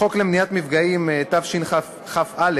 החוק למניעת מפגעים, תשכ"א,